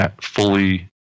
fully